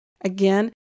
Again